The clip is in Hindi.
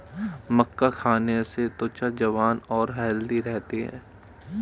मक्का खाने से त्वचा जवान और हैल्दी रहती है